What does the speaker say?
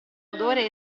odore